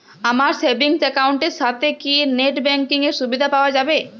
আমার savings account এর সাথে কি নেটব্যাঙ্কিং এর সুবিধা পাওয়া যাবে?